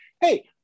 Hey